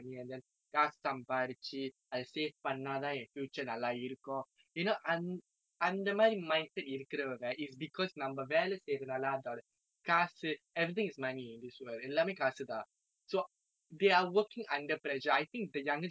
நல்லா இருக்கும்:nallaa irukkum you know அந்த அந்த மாதிரி:antha antha maathiri mindset இருக்கிறவங்க:irukiravanga is because நம்ம வேலை செய்றனால அதோட காசு:namma velai seiranaala athoda kaasu everything is money in this world எல்லாமே காசு தான்:ellaame kaasu thaan so they are working under pressure I think the younger generation if they are given the choice not to work because it's not the money after all like